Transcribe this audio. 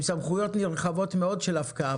עם סמכויות נרחבות מאוד של הפקעה.